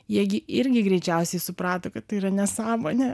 jie gi irgi greičiausiai suprato kad tai yra nesąmonė